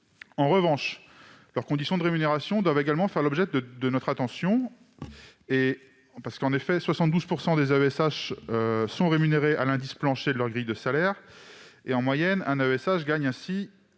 En revanche, les conditions de rémunération de ces personnels doivent également faire l'objet de notre attention. En effet, 72 % des AESH sont rémunérés à l'indice plancher de leur grille de salaire ; en moyenne, un AESH gagne 760